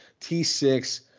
T6